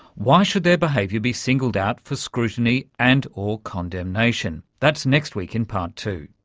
why should their behaviour be singled out for scrutiny and or condemnation? that's next week in part two.